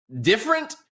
different